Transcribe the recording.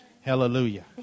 Hallelujah